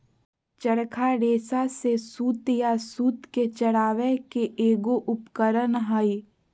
चरखा रेशा से सूत या सूत के चरावय के एगो उपकरण हइ